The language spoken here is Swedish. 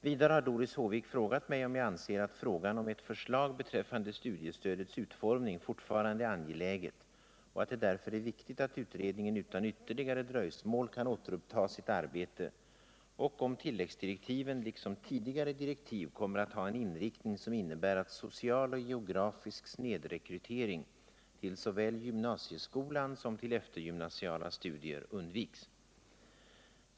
Vidare har Doris Håvik frågat mig om jag anser att frågan om ett förslag beträffande studiestödets utformning fortfarande är angeläget och att det därför är viktigt att utredningen utan ytterligare dröjsmål kan återuppta sitt arbete och om tilläggsdirektiven liksom tidigare direktiv kommer att ha en inriktning som innebär att social och geografisk snedrekrytering till såväl gymnasieskolan som eftergymnasiala studier undviks.